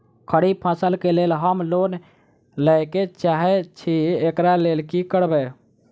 खरीफ फसल केँ लेल हम लोन लैके चाहै छी एकरा लेल की करबै?